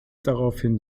daraufhin